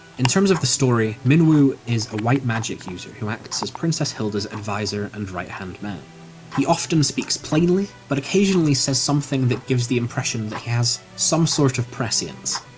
in terms of the story, minwu is a white magic user who acts as princess hilda's advisor, and right-hand man he often speaks plainly, but occasionally says something that gives the impression that he has some sort of prescience.